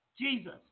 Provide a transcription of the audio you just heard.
Jesus